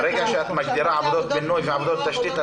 ברגע שאת מגדירה עבודות בינוי ועבודות תשתית ,